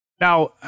Now